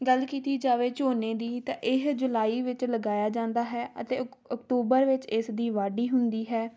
ਗੱਲ ਕੀਤੀ ਜਾਵੇ ਝੋਨੇ ਦੀ ਤਾਂ ਇਹ ਜੁਲਾਈ ਵਿੱਚ ਲਗਾਇਆ ਜਾਂਦਾ ਹੈ ਅਤੇ ਅਕ ਅਕਤੂਬਰ ਵਿੱਚ ਇਸ ਦੀ ਵਾਢੀ ਹੁੰਦੀ ਹੈ